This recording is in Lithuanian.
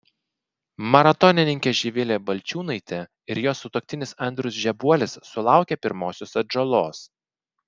maratonininkė živilė balčiūnaitė ir jos sutuoktinis andrius žebuolis sulaukė pirmosios atžalos